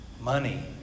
Money